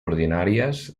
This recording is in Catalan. ordinàries